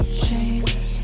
chains